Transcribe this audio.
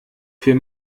für